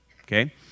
okay